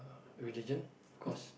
religion of course